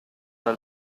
dal